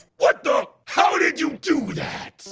what the? how did you do that?